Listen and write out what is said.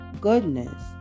goodness